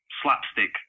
slapstick